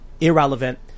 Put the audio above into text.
irrelevant